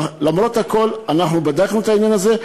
למרות הכול אנחנו בדקנו את העניין הזה.